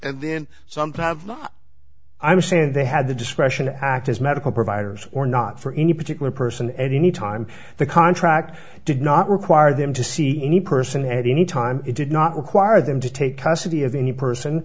and then sometimes i'm saying they had the discretion to act as medical providers or not for any particular person any time the contract did not require them to see any person at any time it did not require them to take custody of the new person